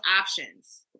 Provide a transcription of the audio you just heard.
options